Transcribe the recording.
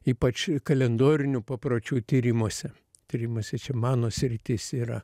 ypač kalendorinių papročių tyrimuose tyrimuose čia mano sritis yra